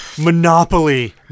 Monopoly